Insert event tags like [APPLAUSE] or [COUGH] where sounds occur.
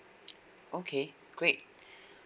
okay great [BREATH]